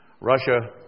Russia